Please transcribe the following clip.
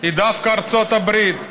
היא דווקא ארצות הברית,